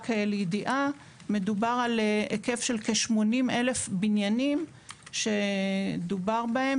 מדובר על היקף של כ-80,000 בניינים שדובר בהם